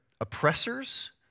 oppressors